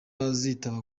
azitaba